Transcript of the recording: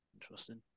Interesting